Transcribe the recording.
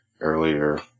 earlier